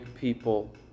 people